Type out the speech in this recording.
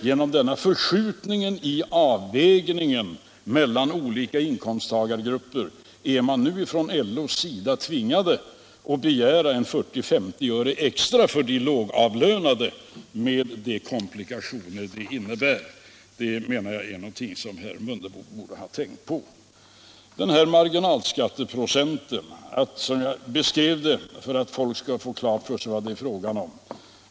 Genom denna förskjutning i avvägningen mellan olika inkomsttagargrupper är man nu från LO:s sida tvingad att begära 40-50 öre extra för de lågavlönade, med de komplikationer detta innebär. Det menar jag är någonting som herr Mundebo borde ha tänkt på. För att folk skall få klart för sig vad det är fråga om beskrev jag marginalskatteprocenten på ett särskilt sätt.